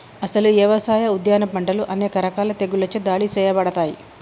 అసలు యవసాయ, ఉద్యాన పంటలు అనేక రకాల తెగుళ్ళచే దాడి సేయబడతాయి